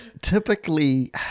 typically